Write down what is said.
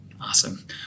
Awesome